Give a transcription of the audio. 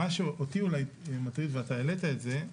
מה שאותי אולי מטריד, ואתה העלתה את זה,